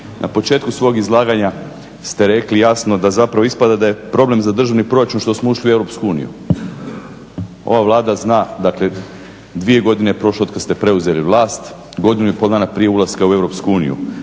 Na početku svog izlaganja ste rekli jasno da zapravo ispada da je problem za državni proračun što smo ušli u EU. Ova Vlada zna, dakle dvije godine je prošlo od kad ste preuzeli vlast, godinu i pol dana prije ulaska u EU.